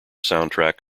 soundtrack